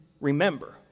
remember